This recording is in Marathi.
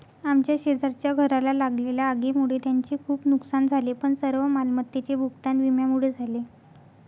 आमच्या शेजारच्या घराला लागलेल्या आगीमुळे त्यांचे खूप नुकसान झाले पण सर्व मालमत्तेचे भूगतान विम्यामुळे झाले